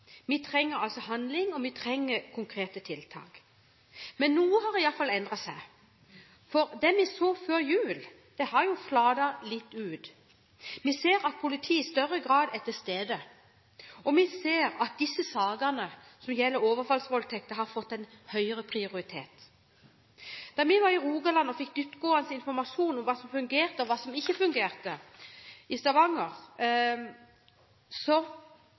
Vi trenger handling, og vi trenger konkrete tiltak. Men noe har iallfall endret seg, for det vi så før jul, har flatet litt ut. Vi ser at politiet i større grad er til stede, og vi ser at de sakene som gjelder overfallsvoldtekter, har fått en høyere prioritet. Da vi var i Rogaland og fikk dyptgående informasjon om hva som fungerte og ikke fungerte i Stavanger, så